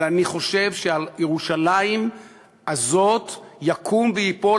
אבל אני חושב שעל ירושלים הזאת יקום וייפול